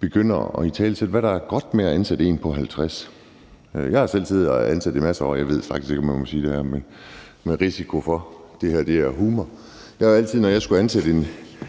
begynder at italesætte, hvad der er godt ved at ansætte en på 50 år. Jeg har selv siddet og ansat i masser af år. Jeg ved faktisk ikke, om man må sige det her, men med den risiko, vil jeg sige – og det her er humor; det er humor, bliver der sagt med